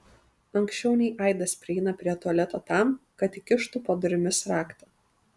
anksčiau nei aidas prieina prie tualeto tam kad įkištų po durimis raktą